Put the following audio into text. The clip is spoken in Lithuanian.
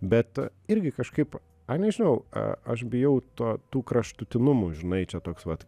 bet irgi kažkaip ai nežinau a aš bijau to tų kraštutinumų žinai čia toks vat